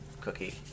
Cookie